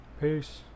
Peace